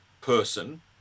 person